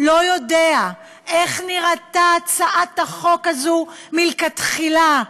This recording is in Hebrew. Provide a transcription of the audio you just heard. לא יודע איך נראתה הצעת החוק הזאת מלכתחילה,